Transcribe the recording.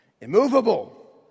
immovable